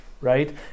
right